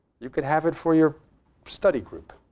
you could have it for your study group.